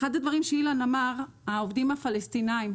אחד הדברים שאילן אמר, העובדים הפלסטינאים.